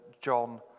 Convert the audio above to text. John